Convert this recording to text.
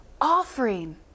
Offering